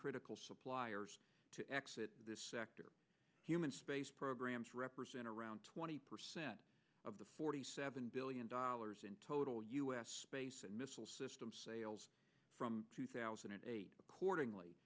critical suppliers to exit this sector human space programs represent around twenty percent of the forty seven billion dollars in total u s space and missile system sales from two thousand and eight accordingly